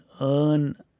earn